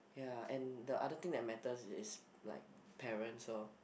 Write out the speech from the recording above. ya and the another thing that matter is like parents loh